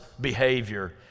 behavior